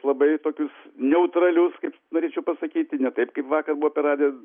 labai tokius neutralius kaip norėčiau pasakyti ne taip kaip vakar buvo per radiją